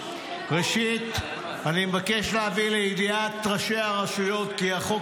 ראשית אני מבקש להביא לידיעת ראשי הרשויות כי החוק